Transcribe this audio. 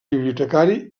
bibliotecari